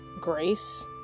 grace